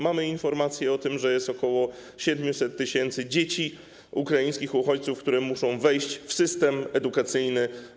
Mamy informację o tym, że jest ok. 700 tys. dzieci ukraińskich uchodźców, które muszą wejść w system edukacyjny.